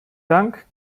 dank